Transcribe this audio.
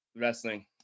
wrestling